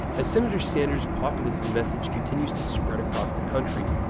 as senator sanders' populist message continues to spread across the country,